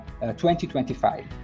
2025